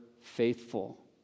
faithful